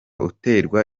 uterwa